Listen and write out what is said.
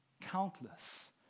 countless